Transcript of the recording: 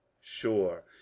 sure